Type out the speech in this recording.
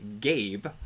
Gabe